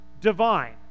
divine